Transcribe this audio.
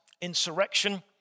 insurrection